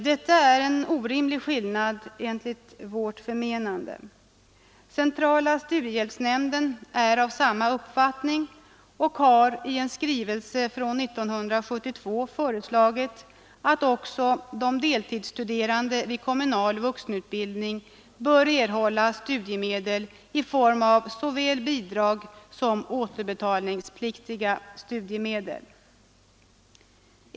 Detta är en orimlig skillnad enligt vårt förmenande. Centrala studiehiälpsnämnden är av samma uppfattning och har i en skrivelse 1972 föreslagit att också de deltidsstuderande vid kommunal vuxenutbildning bör erhålla studiemedel i form av såväl bidrag som återbetalningspliktiga studiemedel.